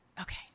Okay